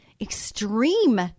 extreme